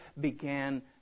began